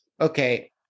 okay